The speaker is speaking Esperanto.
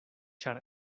ĉar